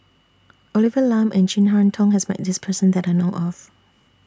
Olivia Lum and Chin Harn Tong has Met This Person that I know of